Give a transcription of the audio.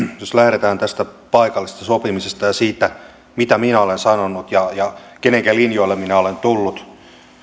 jos lähdetään tästä paikallisesta sopimisesta ja siitä mitä minä olen sanonut ja ja kenenkä linjoille minä olen tullut